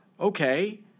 Okay